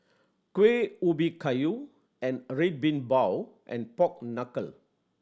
Kuih Ubi Kayu and Red Bean Bao and pork knuckle